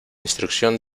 instrucción